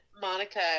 Monica